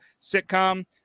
sitcom